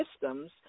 systems